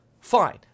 Fine